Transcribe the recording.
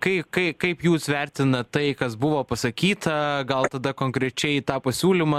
kai kai kaip jūs vertinat tai kas buvo pasakyta gal tada konkrečiai tą pasiūlymą